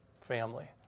family